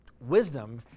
wisdom